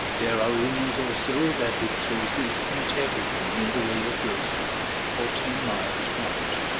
there are rumours also that its roses beat everything in the way of roses for ten miles round.